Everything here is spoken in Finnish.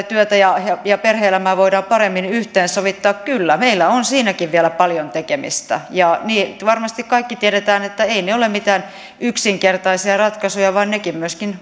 työtä ja perhe elämää voidaan paremmin yhteensovittaa kyllä meillä on siinäkin vielä paljon tekemistä ja varmasti kaikki tiedämme että eivät ne ole mitään yksinkertaisia ratkaisuja vaan myöskin